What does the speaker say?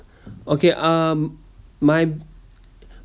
okay uh my